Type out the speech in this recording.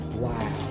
Wow